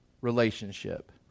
relationship